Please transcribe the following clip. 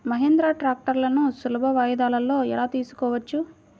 మహీంద్రా ట్రాక్టర్లను సులభ వాయిదాలలో ఎలా తీసుకోవచ్చు?